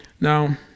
Now